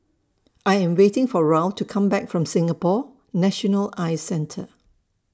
I Am waiting For Raul to Come Back from Singapore National Eye Centre